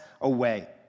away